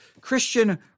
Christian